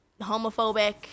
homophobic